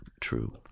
true